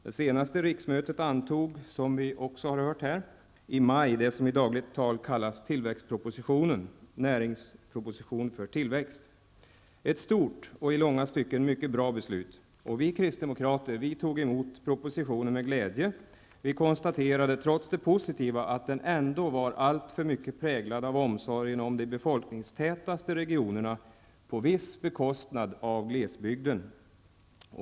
Det senaste riksmötet antog, som vi också hört i dag, i maj det som i dagligt tal kallas tillväxtpropositionen, Näringsproposition för tillväxt. Det var ett stort och i långa stycken mycket bra beslut. Vi kristdemokrater tog emot propositionen med glädje. Vi konstaterade, trots det positiva, att den ändå var alltför mycket präglad av omsorgen om befolkningstätaste regionerna på viss bekostnad av glesbygden.